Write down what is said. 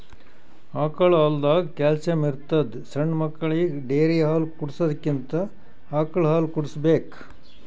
ಆಕಳ್ ಹಾಲ್ದಾಗ್ ಕ್ಯಾಲ್ಸಿಯಂ ಇರ್ತದ್ ಸಣ್ಣ್ ಮಕ್ಕಳಿಗ ಡೇರಿ ಹಾಲ್ ಕುಡ್ಸಕ್ಕಿಂತ ಆಕಳ್ ಹಾಲ್ ಕುಡ್ಸ್ಬೇಕ್